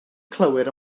clywed